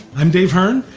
i'm dave hearn,